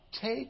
take